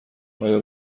آیا